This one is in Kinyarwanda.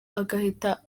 agahita